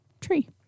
Tree